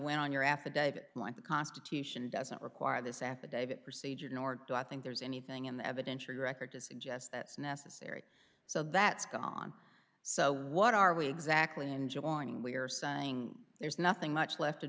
win on your affidavit like the constitution doesn't require this affidavit procedure nor do i think there's anything in the evidence your record to suggest that's necessary so that's gone so what are we exactly enjoying we're saying there's nothing much left